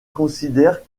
considèrent